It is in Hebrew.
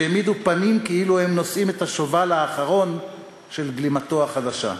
שהעמידו פנים כאילו הם נושאים את השובל האחרון של גלימתו החדשה.